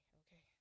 okay